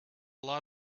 lot